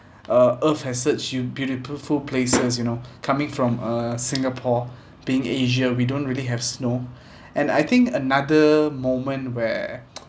uh earth has such u~ beautiful places you know coming from uh singapore being asia we don't really have snow and I think another moment where